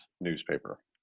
newspaper